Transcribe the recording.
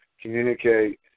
communicate